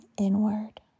inward